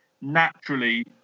naturally